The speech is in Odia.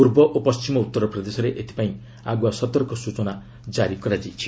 ପୂର୍ବ ଓ ପଣ୍ଟିମ ଉତ୍ତର ପ୍ରଦେଶରେ ଏଥିପାଇଁ ଆଗୁଆ ସତର୍କ ସ୍ୱଚନା କାରି କରାଯାଇଛି